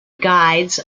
guides